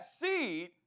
seed